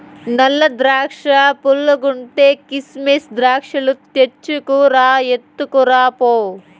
నల్ల ద్రాక్షా పుల్లగుంటే, కిసిమెస్ ద్రాక్షాలు తెచ్చుకు రా, ఎత్తుకురా పో